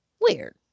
weird